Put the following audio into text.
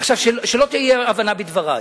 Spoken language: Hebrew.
עכשיו, שלא תהיה אי-הבנה בדברי: